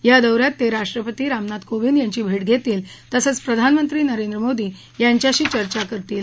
या दौ यात ते राष्ट्रपती रामनाथ कोविंद यांची भेट घेतील तसंच प्रधानमंत्री नरेंद्र मोदी यांच्याशी चर्चा करतील